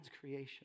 creation